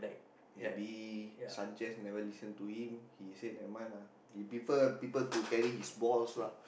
maybe Sanchez never listen to him he said never mind lah if people people to carry his balls lah